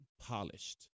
polished